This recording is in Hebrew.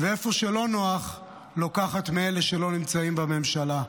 ואיפה שלא נוח לוקחת מאלה שלא נמצאים בממשלה,